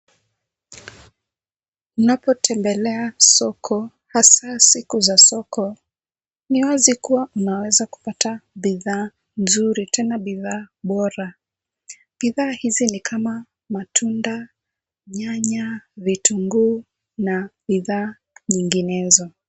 Unapotembelea soko hasaa siku za soko ,ni wazi kua unaweza kupata bidhaa nzuri tena bidhaa bora , bidhaa hizi ni kama matunda ,nyanya ,vitunguu na bidhaa nyinginezo .